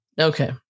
Okay